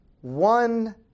one